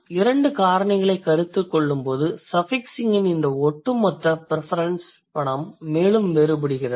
2 காரணிகளைக் கருத்தில் கொள்ளும்போது சஃபிக்ஸிங் இன் இந்த ஒட்டுமொத்த ப்ரிஃபெரென்ஸ் படம் மேலும் வேறுபடுகிறது